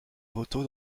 voto